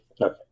Okay